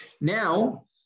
Now